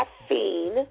caffeine